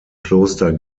kloster